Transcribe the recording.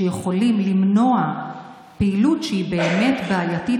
שיכולים למנוע פעילות שהיא באמת בעייתית